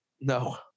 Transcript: No